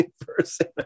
person